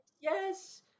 yes